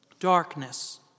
Darkness